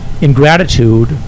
ingratitude